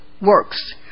works